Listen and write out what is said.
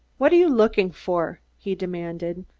what are you looking for? he demanded.